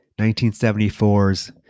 1974's